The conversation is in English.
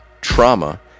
trauma